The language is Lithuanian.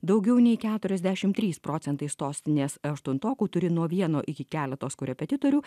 daugiau nei keturiasdešim trys procentai sostinės aštuntokų turi nuo vieno iki keletos korepetitorių